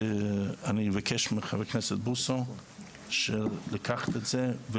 ואני אבקש מחבר הכנסת בוסו לקחת את זה.